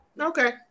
Okay